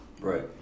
Right